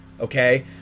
Okay